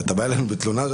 אתה בא אלינו בתלונות?